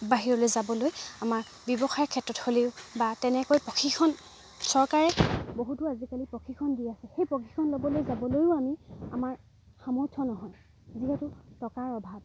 বাহিৰলৈ যাবলৈ আমাৰ ব্যৱসায়ৰ ক্ষেত্ৰত হ'লেও বা তেনেকৈ প্ৰশিক্ষণ চৰকাৰে বহুতো আজিকালি প্ৰশিক্ষণ দি আছে সেই প্ৰশিক্ষণ ল'বলৈ যাবলৈও আমি আমাৰ সামৰ্থ্য নহয় যিহেতু টকাৰ অভাৱ